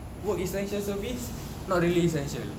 work essential service not really essential